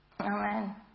Amen